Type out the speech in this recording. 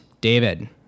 David